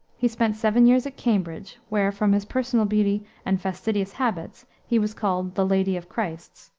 he spent seven years at cambridge where, from his personal beauty and fastidious habits, he was called the lady of christ's.